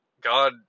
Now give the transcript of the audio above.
God